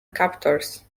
captors